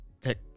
take